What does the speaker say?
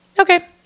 Okay